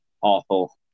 awful